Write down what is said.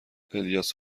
الیاس